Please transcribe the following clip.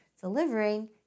delivering